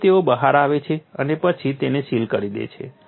તેથી તેઓ બહાર આવે છે અને પછી તેને સીલ કરી દે છે